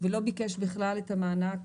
ולא ביקש בכלל את המענק,